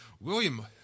William